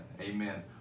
amen